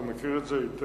אתה מכיר את זה היטב,